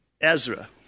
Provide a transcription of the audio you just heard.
Ezra